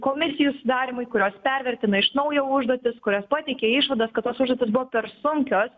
komisijų sudarymai kurios pervertina iš naujo užduotis kurios pateikė išvadas kad tos užduotys buvo per sunkios